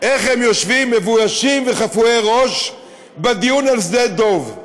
איך הם יושבים מבוישים וחפויי ראש בדיון על שדה-דב.